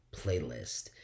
Playlist